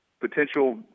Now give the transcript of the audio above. potential